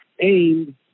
aimed